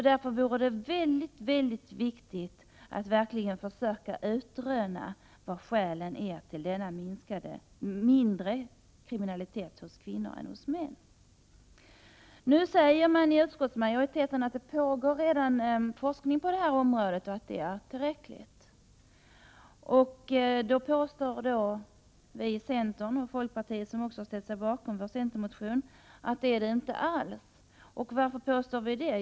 Därför är det mycket viktigt att verkligen försöka utröna vilka skälen är till den lägre kriminaliteten hos kvinnorna jämfört med männen. Nu skriver utskottsmajoriteten att det är redan pågår forskning på det här området och att det är tillräckligt. Då säger vi i centern — och folkpartiet som också har ställt sig bakom centermotionen — att det inte alls är så. Och varför påstår vi det?